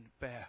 bear